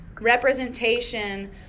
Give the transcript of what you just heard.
representation